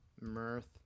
Mirth